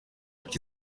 iki